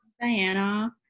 diana